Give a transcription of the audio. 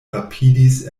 rapidis